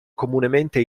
comunemente